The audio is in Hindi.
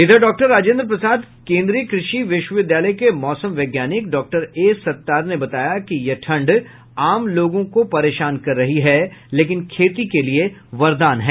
वहीं डॉक्टर राजेन्द्र प्रसाद केन्द्रीय कृषि विश्वविद्यालय के मौसम वैज्ञानिक डॉक्टर ए सत्तार ने बताया कि यह ठंड आम लोगों को परेशान कर रही है लेकिन खेती के लिये वरदान है